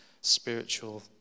spiritual